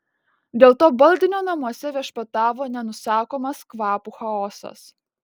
dėl to baldinio namuose viešpatavo nenusakomas kvapų chaosas